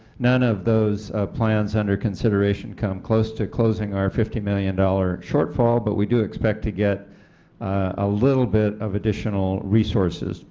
none of those plans under consideration come close to closing our fifty million dollars shortfall, but we do expect to get a little bit of additional resources